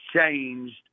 changed